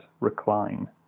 recline